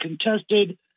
contested